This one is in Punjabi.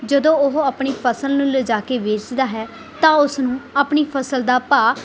ਜਦੋਂ ਉਹ ਆਪਣੀ ਫਸਲ ਨੂੰ ਲਿਜਾ ਕੇ ਵੇਚਦਾ ਹੈ ਤਾਂ ਉਸਨੂੰ ਆਪਣੀ ਫਸਲ ਦਾ ਭਾਅ